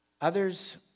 Others